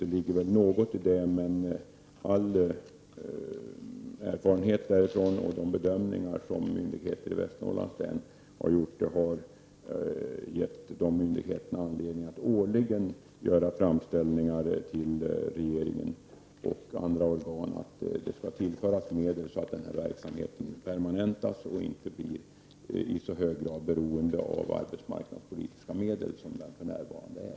All erfarenhet därifrån och de bedömningar som myndigheter i Västernorrlands län har gjort har emellertid gett de myndigheterna anledning att årligen göra framställningar till regeringen och andra organ om att SVAR skall tillföras medel så att den här verksamheten permanentas och inte i så hög grad blir beroende av arbetsmarknadspolitiska medel som den för närvarande är.